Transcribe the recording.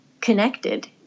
connected